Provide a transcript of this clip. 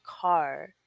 car